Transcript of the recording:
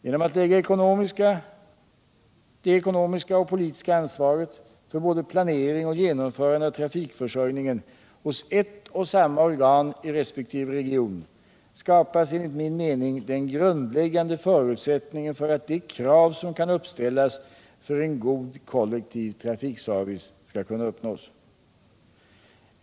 Genom att lägga det ekonomiska och politiska ansvaret för både planering och genomförande av trafikförsörjningen hos ett och samma organ i resp. region skapar man enligt min mening den grundläggande förutsättningen för att de krav som kan uppställas för en god kollektiv trafikservice skall kunna tillgodoses.